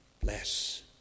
Bless